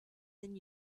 than